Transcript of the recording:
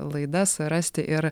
laidas rasti ir